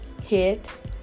hit